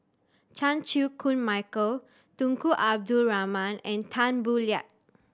Chan Chew Koon Michael Tunku Abdul Rahman and Tan Boo Liat